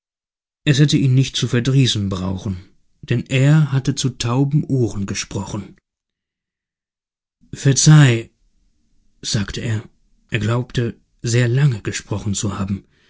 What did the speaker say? es hätte ihn nicht zu verdrießen brauchen denn er hatte zu tauben ohren gesprochen verzeih sagte er er glaubte sehr lange gesprochen zu haben verzeih